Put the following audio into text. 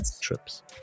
trips